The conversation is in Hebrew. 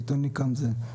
תן לי כאן זה.